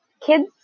Kids